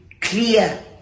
clear